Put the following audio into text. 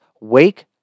Wake